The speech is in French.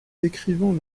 décrivant